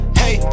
hey